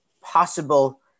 possible